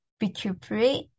recuperate